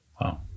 wow